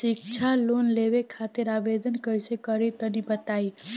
शिक्षा लोन लेवे खातिर आवेदन कइसे करि तनि बताई?